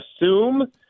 assume